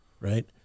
Right